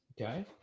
Okay